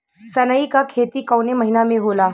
सनई का खेती कवने महीना में होला?